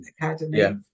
Academy